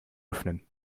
öffnen